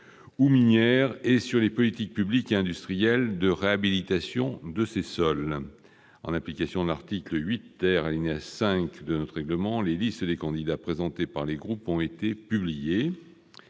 ou minières, et sur les politiques publiques et industrielles de réhabilitation de ces sols. En application de l'article 8 , alinéa 5, du règlement, les listes des candidats présentés par les groupes ont été publiées.